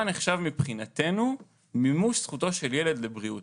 מה נחשב מבחינתנו מימוש זכותו של ילד בבריאות.